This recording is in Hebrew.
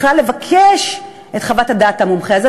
בכלל לבקש את חוות דעת המומחה.